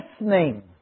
listening